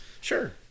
Sure